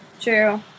True